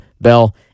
bell